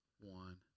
one